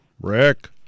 Rick